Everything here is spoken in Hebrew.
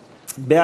נתקבלה.